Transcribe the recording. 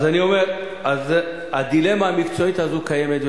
אז אני אומר: הדילמה המקצועית הזו קיימת.